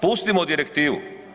Pustimo direktivu.